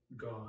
God